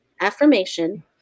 affirmation